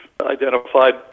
identified